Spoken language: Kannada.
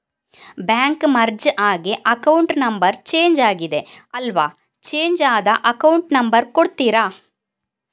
ಬ್ಯಾಂಕ್ ಮರ್ಜ್ ಆಗಿ ಅಕೌಂಟ್ ನಂಬರ್ ಚೇಂಜ್ ಆಗಿದೆ ಅಲ್ವಾ, ಚೇಂಜ್ ಆದ ಅಕೌಂಟ್ ನಂಬರ್ ಕೊಡ್ತೀರಾ?